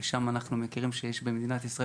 ושם אנחנו מכירים שבאמת יש במדינת ישראל